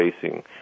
facing